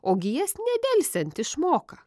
ogi jas nedelsiant išmoka